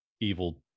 evil